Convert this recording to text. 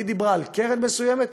היא דיברה על קרן מסוימת,